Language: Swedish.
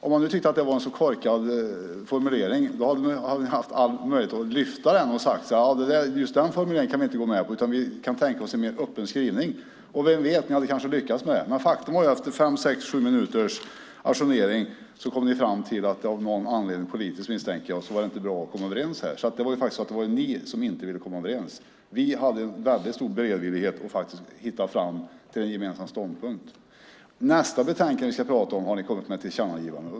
Om ni tycker att det är en så korkad formulering hade ni haft alla möjligheter att lyfta fram den och säga: Just den formuleringen kan vi inte gå med på, men vi kan tänka oss en mer öppen skrivning. Vem vet? Kanske hade ni lyckats med det. Men faktum är att ni efter fem, sex, sju minuters ajournering kom fram till att det av någon anledning - politisk misstänker jag - inte var bra att komma överens här. Det var ni som inte ville komma överens. Vi visade stor beredvillighet att komma fram till en gemensam ståndpunkt. När det gäller nästa betänkande som vi ska prata om här i dag har ni ett förslag om ett tillkännagivande.